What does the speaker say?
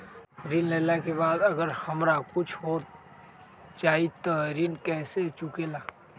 ऋण लेला के बाद अगर हमरा कुछ हो जाइ त ऋण कैसे चुकेला?